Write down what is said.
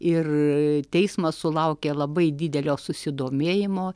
ir teismas sulaukė labai didelio susidomėjimo